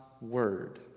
word